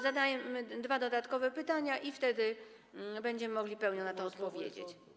Zadamy dwa dodatkowe pytania i wtedy będziemy mogli w sposób pełny na to odpowiedzieć.